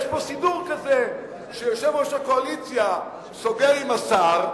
יש פה סידור כזה שיושב-ראש הקואליציה סוגר עם השר,